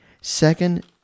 Second